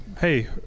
hey